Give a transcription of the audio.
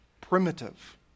primitive